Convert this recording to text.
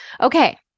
Okay